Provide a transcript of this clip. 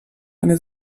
eine